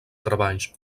treballs